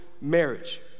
marriage